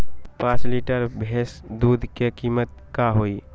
पाँच लीटर भेस दूध के कीमत का होई?